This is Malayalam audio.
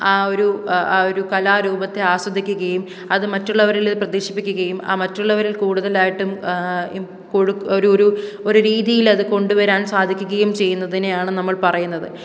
ആ ഒരു ആ ഒരു കലാരൂപത്തെ ആസ്വദിക്കുകയും അത് മറ്റുള്ളവരില് പ്രദർശിപ്പിക്കുകയും ആ മറ്റുള്ളവരിൽ കൂടുതലായിട്ടും എ ഒരു ഒരു ഒരു രീതിയിലത് കൊണ്ടുവരാൻ സാധിക്കുകയും ചെയ്യുന്നതിനെയാണ് നമ്മൾ പറയുന്നത്